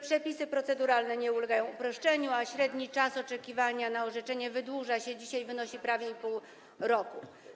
Przepisy proceduralne nie ulegają uproszczeniu, a średni czas oczekiwania na orzeczenie wydłuża się i dzisiaj wynosi prawie pół roku.